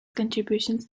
contributions